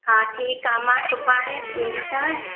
हा ठीकु आहे मां सुभाणे ईंदीसांव